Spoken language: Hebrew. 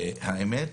האמת,